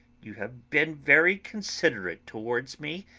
you have been very considerate towards me.